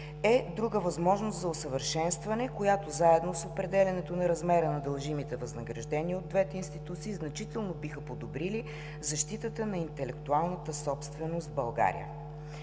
е друга възможност за усъвършенстване, която заедно с определянето на размера на дължимите възнаграждения от двете институции, значително биха подобрили защитата на интелектуалната собственост в България.